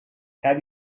have